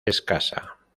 escasa